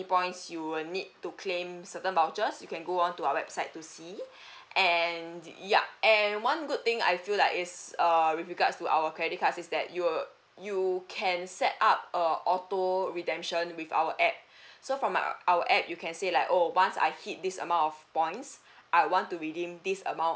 points you will need to claim certain vouchers you can go on to our website to see and ya and one good thing I feel like it's err with regards to our credit cards is that you will you can set up a auto redemption with our app so from our our app you can say like oh once I hit this amount of points I want to redeem this amount